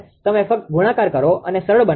તમે ફક્ત ગુણાકાર કરો અને સરળ બનાવો